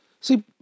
See